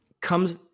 comes